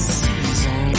season